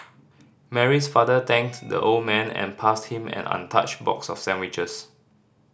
Mary's father thanked the old man and passed him an untouched box of sandwiches